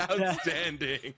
Outstanding